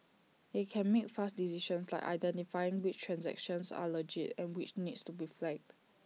IT can make fast decisions like identifying which transactions are legit and which need to be flagged